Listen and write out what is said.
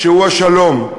שהוא השלום.